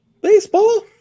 Baseball